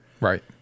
Right